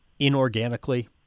inorganically